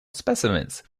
specimens